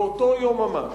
באותו יום ממש,